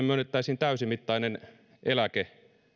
myönnettäisiin täysimittainen eläke